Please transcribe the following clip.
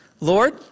Lord